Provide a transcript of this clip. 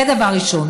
זה דבר ראשון.